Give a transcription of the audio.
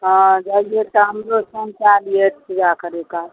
हँ जाइहथि तऽ हमरो सङ्ग कै लिहथि पूजा करै काल